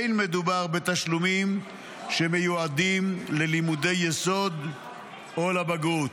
אין מדובר בתשלומים שמיועדים ללימודי יסוד או לבגרות.